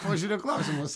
požiūrio klausimas